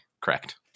Correct